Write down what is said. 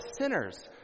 sinners